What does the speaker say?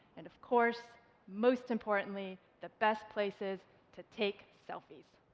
and of course most importantly the best places to take selfies.